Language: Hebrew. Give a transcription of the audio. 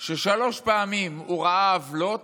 ששלוש פעמים הוא ראה עוולות